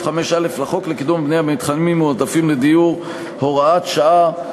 5(א) לחוק לקידום הבנייה במתחמים מועדפים לדיור (הוראת שעה),